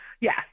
Yes